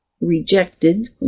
rejected